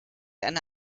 eine